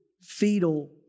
fetal